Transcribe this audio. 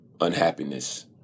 unhappiness